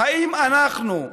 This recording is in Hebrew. האם אנחנו,